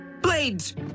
Blades